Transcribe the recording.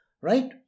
Right